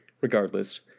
regardless